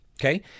Okay